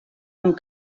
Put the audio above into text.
amb